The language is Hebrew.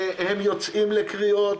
הם יוצאים לקריאות,